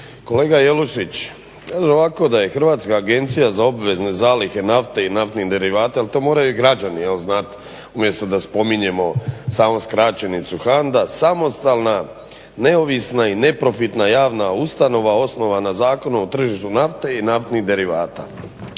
Kolega Jelušić, veli ovako da je Hrvatska agencija za obvezne zalihe nafte i naftnih derivata jel to moraju i građani znat umjesto da spominjemo skraćenicu HANDA, samostalna i neovisna i neprofitna javna ustanova osnovana Zakonom o tržištu nafte i naftnih derivata.